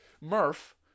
Murph